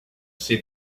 see